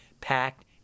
packed